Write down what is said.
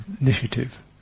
initiative